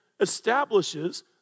establishes